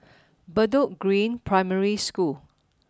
Bedok Green Primary School